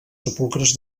sepulcres